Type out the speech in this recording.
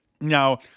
Now